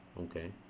okay